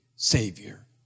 Savior